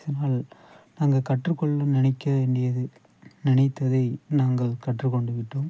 இதனால் நாங்கள் கற்றுக்கொள்ள நினைக்க வேண்டியது நினைத்ததை நாங்கள் கற்றுக்கொண்டு விட்டோம்